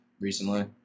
recently